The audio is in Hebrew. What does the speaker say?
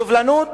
סובלנות